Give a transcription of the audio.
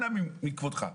אנא מכבודך,